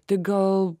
tik gal